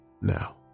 now